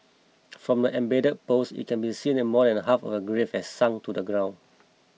from the embedded post it can be seen that more than half of the grave had sunk into the ground